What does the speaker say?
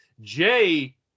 Jay